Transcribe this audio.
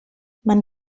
man